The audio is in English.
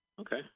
Okay